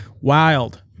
Wild